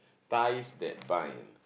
ties that bind